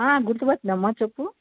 గుర్తు పట్టినా అమ్మ చెప్పు